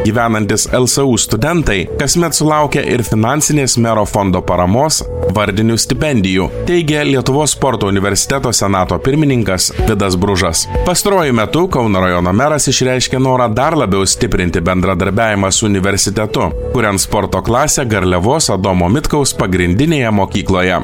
gyvenantys lsu studentai kasmet sulaukia ir finansinės mero fondo paramos vardinių stipendijų teigė lietuvos sporto universiteto senato pirmininkas vidas bružas pastaruoju metu kauno rajono meras išreiškė norą dar labiau stiprinti bendradarbiavimą su universitetu kurian sporto klasę garliavos adomo mitkaus pagrindinėje mokykloje